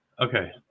okay